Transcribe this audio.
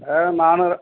நானும்